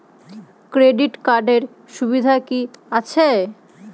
Credit কার্ডের সুবিধা কি আছে?